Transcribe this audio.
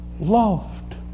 loved